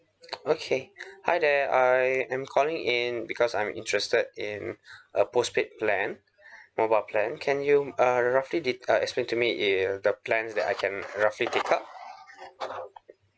okay hi there I am calling in because I'm interested in a post paid plan mobile plan can you uh roughly det~ uh explain to me it the plans that I can roughly take up